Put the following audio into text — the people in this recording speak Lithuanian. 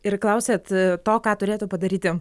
ir klausėt to ką turėtų padaryti